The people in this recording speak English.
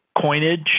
coinage